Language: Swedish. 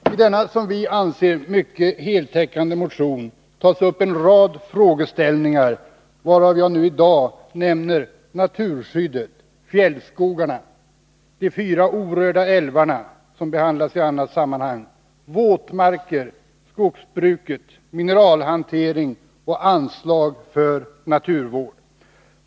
I denna som vi anser mycket heltäckande motion tas en rad frågeställningar upp, varav jag i dag nämner naturskyddet, fjällskogarna, de fyra orörda älvarna, som behandlas i annat sammanhang, våtmarkerna, skogsbruket, mineralhanteringen och anslag för naturvården.